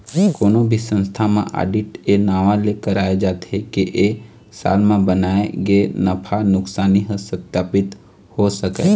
कोनो भी संस्था म आडिट ए नांव ले कराए जाथे के ए साल म बनाए गे नफा नुकसानी ह सत्पापित हो सकय